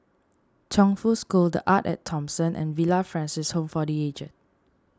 Chongfu School the Arte at Thomson and Villa Francis Home for the Aged